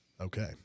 Okay